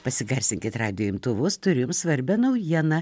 pasigarsinkit radijo imtuvus turiu jum svarbią naujieną